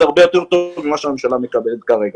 זה הרבה יותר טוב ממה שהממשלה עושה כרגע.